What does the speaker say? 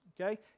okay